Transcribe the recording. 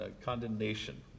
condemnation